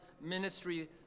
ministry